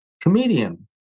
comedian